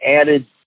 added